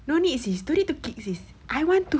no need sis don't need to kick sis I want to